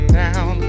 down